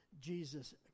Jesus